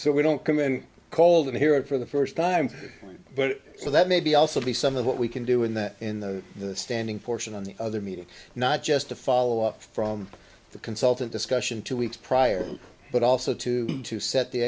so we don't come in cold and hear it for the first time but so that may be also be some of what we can do in that in the standing portion on the other meeting not just a follow up from the consultant discussion two weeks prior but also to to set the